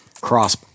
cross